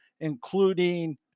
including